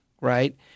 right